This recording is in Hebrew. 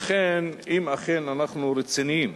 לכן, אם אכן אנחנו רציניים